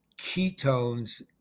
ketones